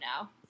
now